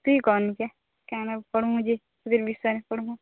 ପଢ଼ି ମୁଁ ଜେ ବିଷୟରେ ପଢ଼ିବି ମୁଁ